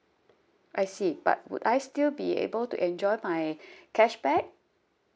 I see but would I still be able to enjoy my cashback